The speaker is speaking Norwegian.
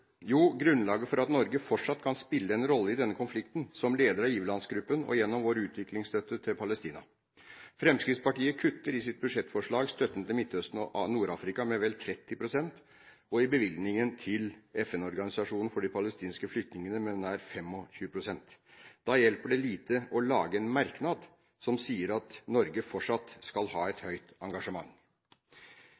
Jo, det er grunnlaget for at Norge fortsatt kan spille en rolle i denne konflikten, som leder av giverlandsgruppen og gjennom vår utviklingsstøtte til Palestina. Fremskrittspartiet kutter i sitt budsjettforslag støtten til Midtøsten og Nord-Afrika med vel 30 pst. og i bevilgningen til FN-organisasjonen for palestinske flyktninger med nær 25 pst. Da hjelper det lite å lage en merknad som sier at Norge fortsatt skal ha et